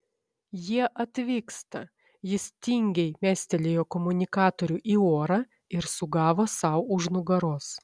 jie atvyksta jis tingiai mestelėjo komunikatorių į orą ir sugavo sau už nugaros